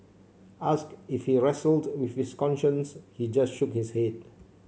asked if he wrestled with his conscience he just shook his head